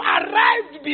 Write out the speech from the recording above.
arrived